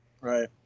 right